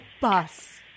bus